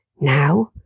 now